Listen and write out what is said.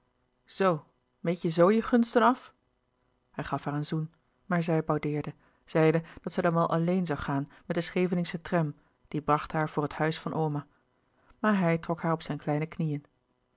zoo meet je zoo je gunsten af hij gaf haar een zoen maar zij boudeerde zeide dat zij dan wel alleen zoû gaan met den scheveningschen tram die bracht haar voor het huis van oma maar hij trok haar op zijn kleine knieën